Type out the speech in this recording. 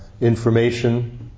information